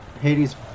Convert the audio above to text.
Hades